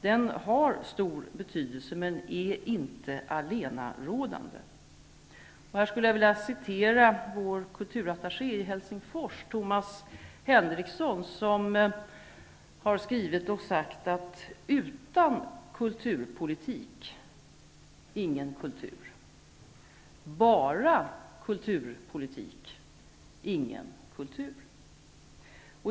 Den har stor betydelse, men är inte allenarådande. Henrikson, säger: ''Utan kulturpolitik, ingen kultur. Bara kulturpolitik, ingen kultur.''